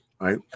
Right